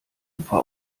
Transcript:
ufer